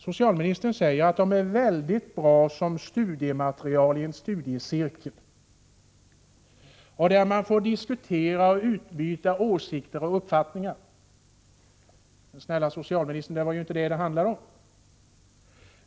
Socialministern sade att de var mycket bra som studiematerial i en studiecirkel, där man får diskutera och utbyta åsikter och uppfattningar. Men, snälla socialministern, det var ju inte det det handlade om!